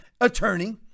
attorney